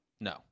No